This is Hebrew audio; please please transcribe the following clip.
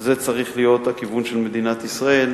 זה צריך להיות הכיוון של מדינת ישראל.